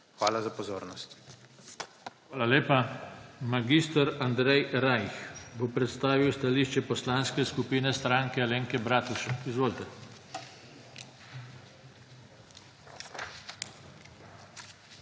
JOŽE TANKO:** Hvala lepa. Mag. Andrej Rajh bo predstavil stališče Poslanske skupine Stranke Alenke Bratušek. Izvolite.